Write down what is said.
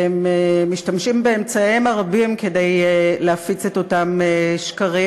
והם משתמשים באמצעיהם הרבים כדי להפיץ את אותם שקרים.